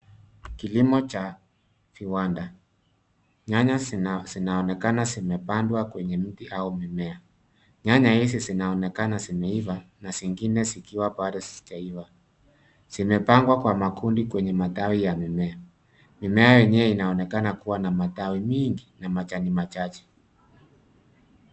Kilimo cha viwanda. Nyanya zinaonekana zimepandwa kwenye mti au mimea. Nyanya hizi zinaonekana zimeiva na zingine zikiwa bado sijaiva. Zimepangwa kwa makundi kwenye matawi ya mimea. Mimea yenyewe inaonekana kuwa na matawi mingi na majani machache.